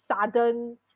sudden